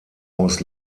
aus